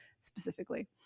specifically